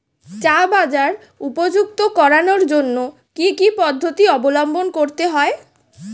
চা বাজার উপযুক্ত করানোর জন্য কি কি পদ্ধতি অবলম্বন করতে হয়?